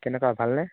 কেনেকুৱা ভালনে